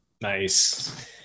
Nice